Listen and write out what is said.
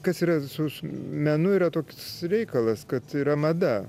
kas yra su su menu yra toks reikalas kad yra mada